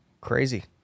Crazy